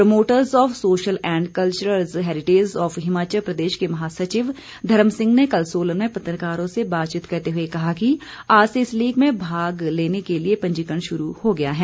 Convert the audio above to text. promoters of social and cultural heritage of Himachal Pradesh के महासचिव धर्म सिंह ने कल सोलन में पत्रकारों से बातचीत करते हुए कहा कि आज से इस लीग में भाग लेने के लिए पंजीकरण शुरू हो गया है